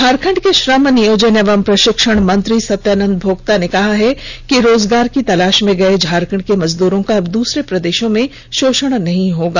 झारखंड के श्रम नियोजन एवं प्रषिक्षण मंत्री सत्यानंद भोक्ता ने कहा है कि रोजगार की तलाष में गए झारखंड के मजदूरों का अब दूसरे प्रदेषों में शोषण नहीं होगा